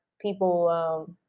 people